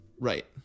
Right